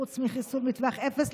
חוץ מחיסול מטווח אפס,